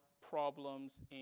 problems